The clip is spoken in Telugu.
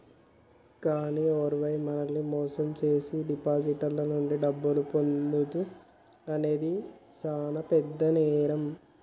కానీ ఓరై మనల్ని మోసం జేసీ డిపాజిటర్ల నుండి డబ్బును పొందుడు అనేది సాన పెద్ద నేరం